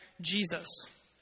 Jesus